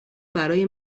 برای